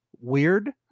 weird